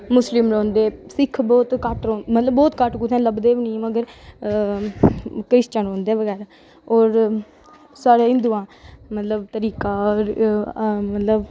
मुस्लिम रौहंदे सिक्ख बहोत घट्ट मतलब बहोत घट्ट कुत्थें लभदे गै निं क्रिशिचयन रौहंदे होर साढ़े हिंदुआं तरीका मतलब